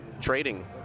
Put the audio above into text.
trading